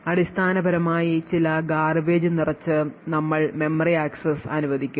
അടിസ്ഥാനപരമായി ചില garbage നിറച്ച് നമ്മൾ മെമ്മറി അക്സസ്സ് അനുവദിക്കും